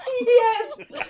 Yes